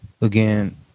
again